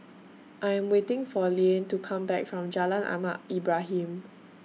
I Am waiting For Liane to Come Back from Jalan Ahmad Ibrahim